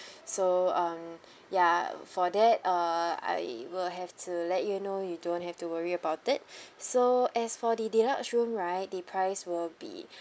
so um ya for that uh I will have to let you know you don't have to worry about it so as for the deluxe room right the price will be